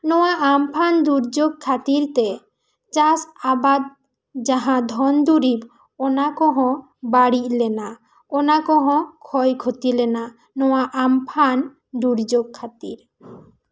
ᱱᱚᱣᱟ ᱟᱢᱯᱷᱟᱱ ᱫᱩᱨᱡᱩᱜᱽ ᱠᱷᱟᱹᱛᱤᱨ ᱛᱮ ᱪᱟᱥ ᱟᱵᱟᱫᱽ ᱡᱟᱦᱟᱸ ᱫᱷᱚᱱ ᱫᱩᱨᱤᱵᱽ ᱚᱱᱟ ᱠᱚᱦᱚᱸ ᱵᱟᱹᱲᱤᱡ ᱞᱮᱱᱟ ᱚᱱᱟ ᱠᱚᱦᱚᱸ ᱠᱷᱚᱭ ᱠᱷᱩᱛᱤ ᱞᱮᱱᱟ ᱱᱚᱣᱟ ᱟᱢᱯᱷᱟᱱ ᱫᱩᱨᱡᱩᱜᱽ ᱠᱷᱟᱹᱛᱤᱨ